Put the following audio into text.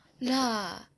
ya